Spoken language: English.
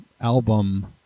album